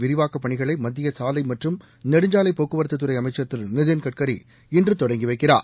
விரிவாக்கப் பணிகளை மத்திய சாலை மற்றும் நெடுஞ்சாலை போக்குவரத்து துறை அமைச்சர் திரு நிதின் கட்கரி இன்று தொடங்கி வைக்கிறார்